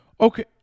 Okay